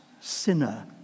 sinner